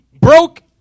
broke